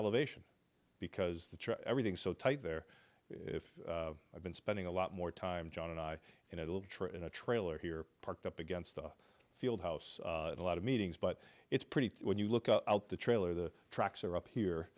elevation because the truck everything so tight there if i've been spending a lot more time john and i and a little trip in a trailer here parked up against the field house a lot of meetings but it's pretty when you look out the trailer the trucks are up here